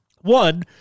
One